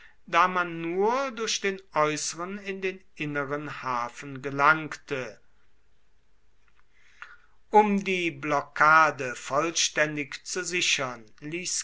da man nur durch den äußeren in den inneren hafen gelangte um die blockade vollständig zu sichern